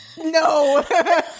no